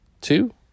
two